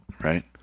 right